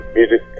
music